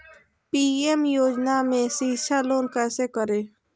PM योजना में शिक्षा लोन कैसे करें?